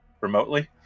remotely